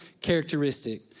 characteristic